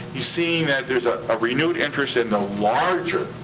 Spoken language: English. you're seeing that there's a ah renewed interest in the larger,